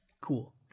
cool